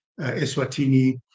Eswatini